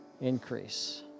Increase